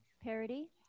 Parody